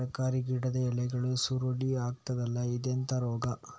ತರಕಾರಿ ಗಿಡದ ಎಲೆಗಳು ಸುರುಳಿ ಆಗ್ತದಲ್ಲ, ಇದೆಂತ ರೋಗ?